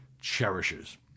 cherishes